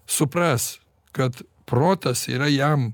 supras kad protas yra jam